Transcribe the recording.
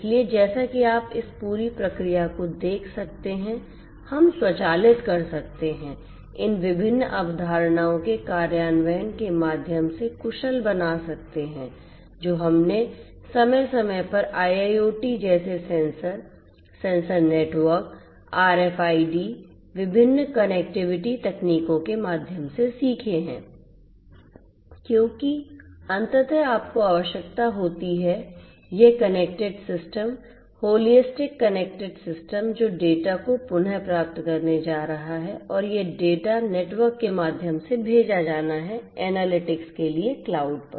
इसलिए जैसा कि आप इस पूरी प्रक्रिया को देख सकते हैं हम स्वचालित कर सकते हैं इन विभिन्न अवधारणाओं के कार्यान्वयन के माध्यम से कुशल बना सकते हैं जो हमने समय समय पर IIoT जैसे सेंसर सेंसर नेटवर्क आरएफआईडी विभिन्न कनेक्टिविटी तकनीकों के माध्यम से सीखे हैं क्योंकि अंततः आपको आवश्यकता होती है यह connected system holistic connected system जो डेटा को पुनः प्राप्त करने जा रहा है और यह डेटा नेटवर्क के माध्यम से भेजा जाना है एनालिटिक्स के लिए क्लाउड पर